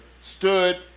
stood